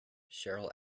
cheryl